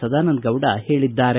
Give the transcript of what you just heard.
ಸದಾನಂದ ಗೌಡ ಹೇಳಿದ್ದಾರೆ